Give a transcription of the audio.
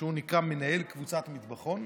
שהוא נקרא מנהל "קבוצת המטבחון",